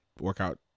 workout